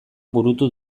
burutu